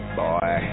boy